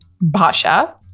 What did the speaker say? Basha